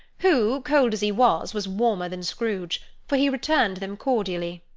who, cold as he was, was warmer than scrooge for he returned them cordially.